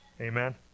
Amen